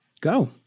Go